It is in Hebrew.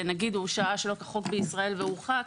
נגיד הוא שהה שלא כחוק בישראל והוא הורחק,